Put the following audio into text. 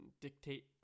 dictate